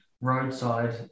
roadside